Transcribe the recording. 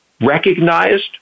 recognized